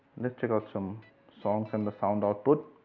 let's check out some songs and the sound output.